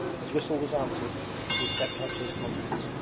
his whistle was answered and he stepped up to his comrades.